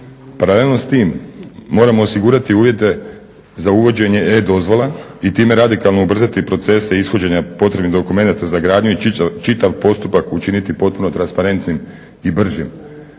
Paralelno s tim moramo osigurati uvjete za uvođenje e-dozvola i time radikalno ubrzati procese ishođenja potrebnih dokumenata za gradnju i čitav postupak učiniti potpuno transparentnim i brzim.